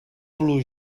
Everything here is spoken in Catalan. estiu